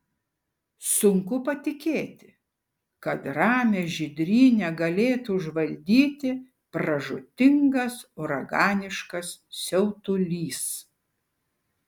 sunku patikėti kad ramią žydrynę galėtų užvaldyti pražūtingas uraganiškas siautulys